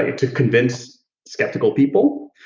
to convince skeptical people,